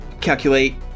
calculate